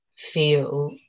feel